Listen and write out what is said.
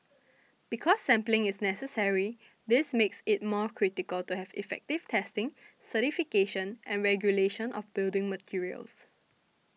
because sampling is necessary this makes it more critical to have effective testing certification and regulation of building materials